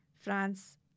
France